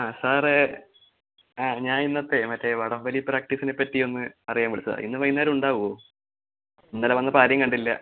ആ സാറേ അ ഞാനിന്നത്തേ മറ്റെ വടം വലി പ്രാക്റ്റീസിനെപ്പറ്റിയൊന്ന് അറിയാൻ വിളിച്ചതാണ് ഇന്ന് വൈകുന്നേരം ഉണ്ടാവുവോ ഇന്നലെ വന്നിട്ടാരെയും കണ്ടില്ല